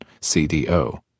CDO